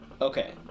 Okay